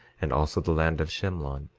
and also the land of shemlon,